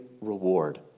reward